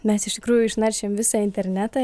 mes iš tikrųjų išnaršėm visą internetą